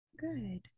Good